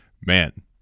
man